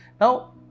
Now